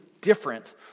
different